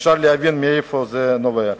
אפשר להבין מאיפה זה נובע.